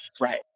Right